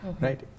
right